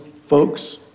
folks